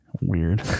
weird